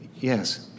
Yes